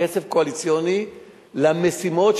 כסף קואליציוני למשימות,